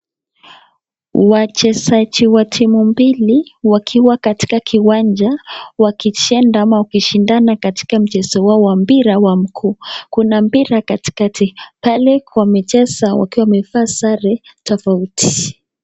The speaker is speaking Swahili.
Wachezaji wa timu mbili wakiwa katika kiwanja wakicheza ama wakishindana katika mchezo wao wa mpira wa mkuu. Kuna mpira katikati. Pale kwa michezo wakiwa wamevaa sare tofauti.